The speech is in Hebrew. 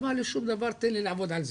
אמר לי, שום דבר, תן לי לעבוד על זה.